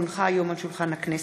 כי הונחה היום על שולחן הכנסת,